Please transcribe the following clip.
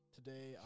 Today